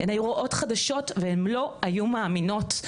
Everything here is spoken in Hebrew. הן היו רואות חדשות והן לא היו מאמינות.